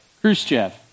Khrushchev